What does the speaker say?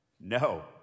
No